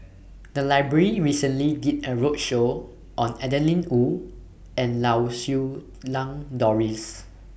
The Library recently did A roadshow on Adeline Ooi and Lau Siew Lang Doris